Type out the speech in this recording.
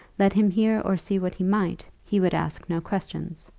let him hear or see what he might, he would ask no questions?